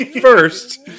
first